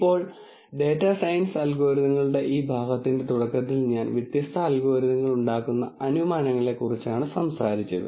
ഇപ്പോൾ data science അൽഗോരിതങ്ങളുടെ ഈ ഭാഗത്തിന്റെ തുടക്കത്തിൽ ഞാൻ വ്യത്യസ്ത അൽഗോരിതങ്ങൾ ഉണ്ടാക്കുന്ന അനുമാനങ്ങളെക്കുറിച്ചാണ് സംസാരിച്ചത്